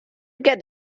get